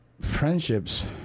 friendships